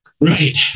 right